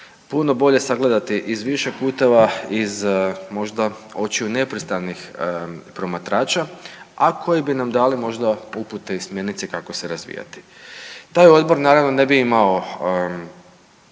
puno bolje sagledati iz više puteva, iz možda očiju nepristranih promatrača, a koji bi nam dali možda upute i smjernice kako se razvijati. Taj odbor naravno ne bi imao